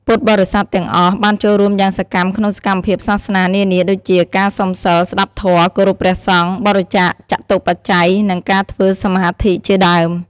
ពុទ្ធបរិស័ទទាំងអស់បានចូលរួមយ៉ាងសកម្មក្នុងសកម្មភាពសាសនានានា ដូចជា ការសុំសីល ស្តាប់ធម៌ គោរពព្រះសង្ឃ បរិច្ចាគចតុបច្ច័យ និងការធ្វើសមាធិជាដើម។